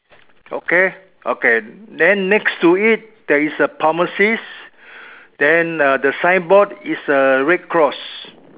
okay okay then next to it there is a pharmacist then uh the sign board is a red cross